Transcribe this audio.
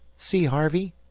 see, harvey,